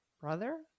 brother